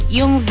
yung